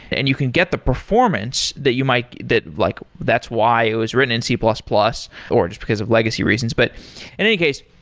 and you can get the performance that you might like that's why it was written in c plus plus, or just because of legacy reasons but in any case,